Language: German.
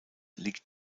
liegt